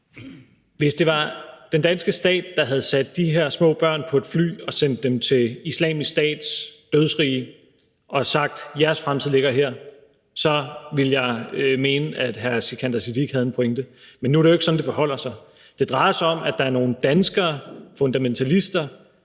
Hvis det var den danske stat, der havde sat de her små børn på et fly og sendt dem til Islamisk Stats dødsrige og sagt, at jeres fremtid ligger her, så ville jeg mene, at hr. Sikandar Siddique havde en pointe. Men nu er det jo ikke sådan, det forholder sig. Det drejer sig om, at der er nogle danskere, fundamentalister,